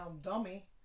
dummy